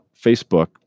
Facebook